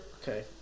Okay